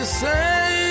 say